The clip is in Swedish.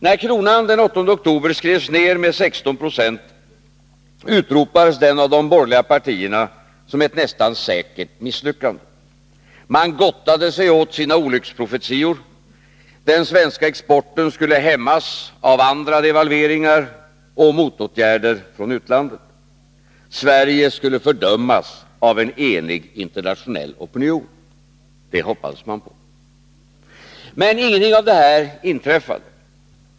När kronan den 8 oktober skrevs ned med 16 26 utropades detta av de borgerliga partierna som ett nästan säkert misslyckande. Man gottade sig åt sina olycksprofetior: den svenska exporten skulle hämmas av andra devalveringar och motåtgärder från utlandet, Sverige skulle fördömas av en enig internationell opinion. Det hoppades man på. Men ingenting av detta inträffade.